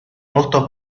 molto